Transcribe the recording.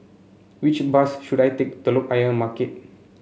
which bus should I take Telok Ayer Market